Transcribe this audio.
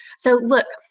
so look,